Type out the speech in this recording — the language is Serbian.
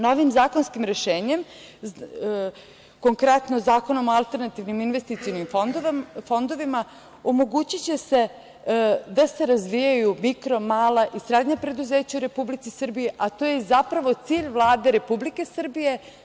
Novim zakonskim rešenjem konkretno Zakonom o alternativnim investicionim fondovima omogući će se da se razvijaju mikro, mala i srednja preduzeća u Republici Srbiji, a to je zapravo i cilj Vlade Republike Srbije.